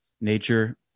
nature